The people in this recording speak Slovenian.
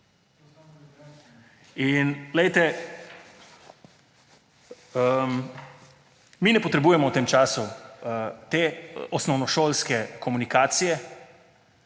In mi ne potrebujemo v tem času te osnovnošolske komunikacije,